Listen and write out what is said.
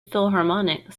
philharmonic